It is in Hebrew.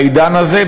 בעידן הזה,